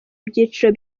ibyiciro